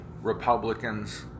Republicans